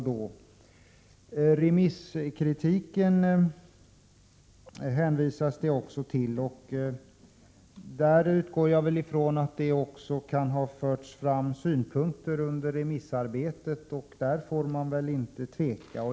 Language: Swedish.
Justitieministern hänvisade också till remisskritiken. Jag utgår från att det under remissarbetet har förts fram synpunkter, och i fråga om detta får man inte tveka.